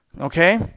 okay